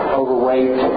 overweight